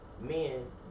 men